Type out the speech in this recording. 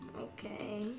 Okay